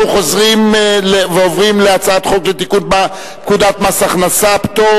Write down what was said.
אנחנו חוזרים ועוברים להצעת חוק לתיקון פקודת מס הכנסה (פטור